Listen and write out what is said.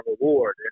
reward